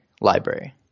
library